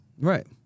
Right